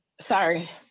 Sorry